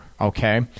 okay